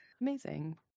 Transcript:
Amazing